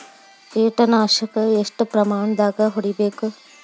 ಕೇಟ ನಾಶಕ ಎಷ್ಟ ಪ್ರಮಾಣದಾಗ್ ಹೊಡಿಬೇಕ?